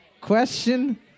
Question